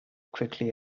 quickly